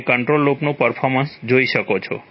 અને કંટ્રોલ લૂપનું પર્ફોર્મન્સ જોઈ શકો છો